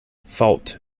fault